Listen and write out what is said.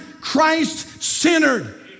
Christ-centered